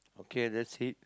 okay that's it